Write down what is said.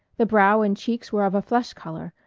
the brow and cheeks were of a flesh color,